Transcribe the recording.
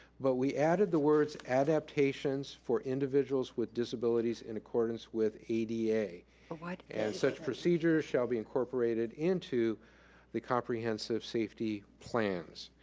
but we added the words adaptations for individuals with disabilities in accordance with ada ah like and such procedures shall be incorporated into the comprehensive safety plans.